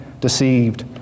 deceived